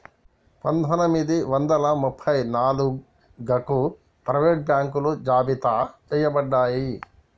పందొమ్మిది వందల ముప్ప నాలుగగు ప్రైవేట్ బాంకులు జాబితా చెయ్యబడ్డాయి